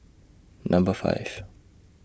Number five